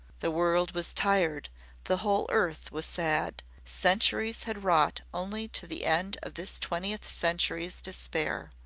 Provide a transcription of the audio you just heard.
the world was tired the whole earth was sad centuries had wrought only to the end of this twentieth century's despair.